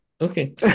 okay